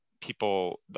people